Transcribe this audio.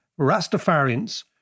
Rastafarians